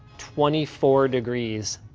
twenty four degrees.